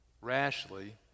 rashly